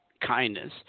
kindness